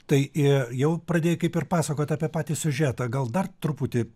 tai ė jau pradėjai kaip ir pasakot apie patį siužetą gal dar truputį